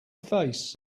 face